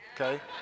okay